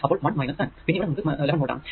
അപ്പോൾ 1 10 പിന്നെ ഇവിടെ നമുക്ക് 11 വോൾട് ആണ്